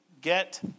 Get